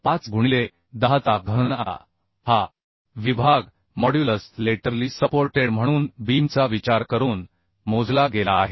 5 गुणिले 10 चा घन आता हा विभाग मॉड्युलस लेटरली सपोर्टेड म्हणून बीमचा विचार करून मोजला गेला आहे